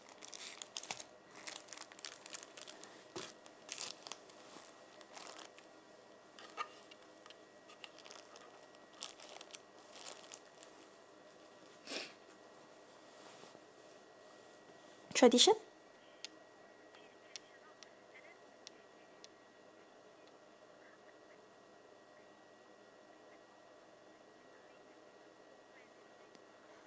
tradition